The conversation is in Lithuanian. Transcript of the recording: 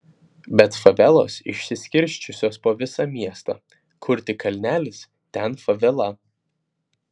bet favelos išsiskirsčiusios po visą miestą kur tik kalnelis ten favela